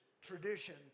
tradition